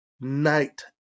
night